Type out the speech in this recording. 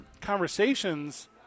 conversations